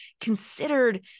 considered